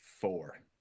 four